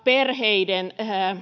perheiden